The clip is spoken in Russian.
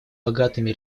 богатыми